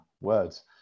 words